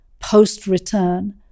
post-return